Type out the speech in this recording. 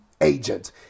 agent